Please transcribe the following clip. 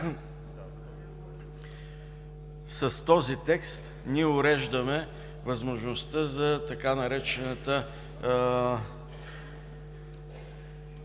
с този текст уреждаме възможността за така наречената